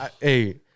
hey